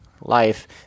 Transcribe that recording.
life